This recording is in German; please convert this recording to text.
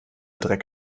dreck